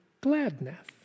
gladness